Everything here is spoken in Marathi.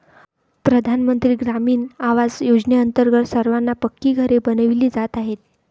प्रधानमंत्री ग्रामीण आवास योजनेअंतर्गत सर्वांना पक्की घरे बनविली जात आहेत